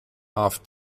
off